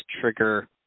trigger